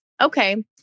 Okay